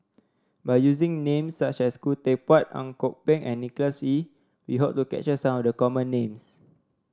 by using names such as Khoo Teck Puat Ang Kok Peng and Nicholas Ee we hope to capture some of the common names